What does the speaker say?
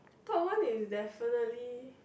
top one is definitely